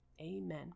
Amen